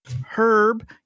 Herb